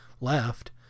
left